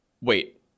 Wait